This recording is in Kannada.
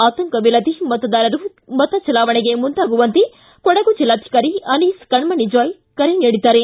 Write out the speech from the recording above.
ಆತಂಕವಿಲ್ಲದೇ ಮತದಾರರು ಮತಚಲಾವಣೆಗೆ ಮುಂದಾಗುವಂತೆ ಕೊಡಗು ಜಿಲ್ಲಾಧಿಕಾರಿ ಅನೀಸ್ ಕಣ್ಣಣಿ ಜಾಯ್ ಕರೆ ನೀಡಿದ್ದಾರೆ